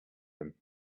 him